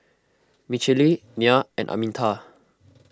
Michale Nyah and Arminta